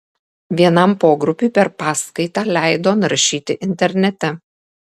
vienam pogrupiui per paskaitą leido naršyti internete